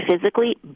physically